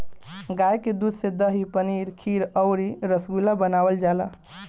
गाय के दूध से दही, पनीर खीर अउरी रसगुल्ला बनावल जाला